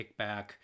kickback